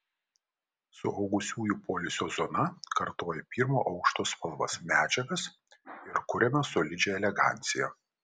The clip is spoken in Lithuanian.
suaugusiųjų poilsio zona kartoja pirmo aukšto spalvas medžiagas ir kuriamą solidžią eleganciją